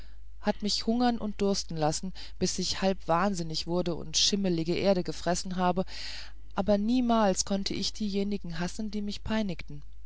hat mich hungern und dursten lassen bis ich halb wahnsinnig wurde und schimmlige erde gefressen habe aber niemals konnte ich diejenigen hassen die mich peinigten